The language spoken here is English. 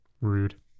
Rude